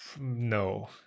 no